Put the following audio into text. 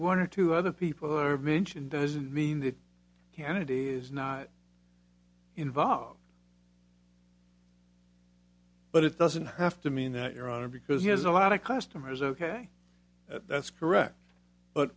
one or two other people are mentioned doesn't mean that candidate is not involved but it doesn't have to mean that you're on him because he has a lot of customers ok at that's correct but